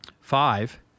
five